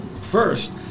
first